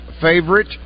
favorite